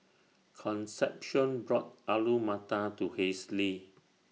Concepcion bought Alu Matar to Halsey